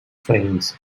trains